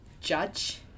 judge